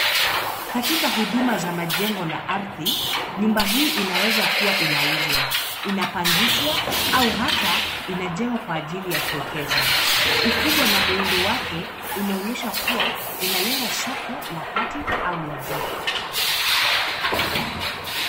Katika huduma za majengo na ardhi, nyumba hii inawezakua inauzwa, inapangishwa, au hata inajengwa kwa ajili ya kuekeza. Ukubwa na muundo wake, unaonyesha kua inalenga soko la kati au la juu.